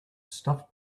stuffed